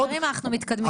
חברים, חברים אנחנו מתקדמים.